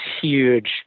huge